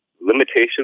limitations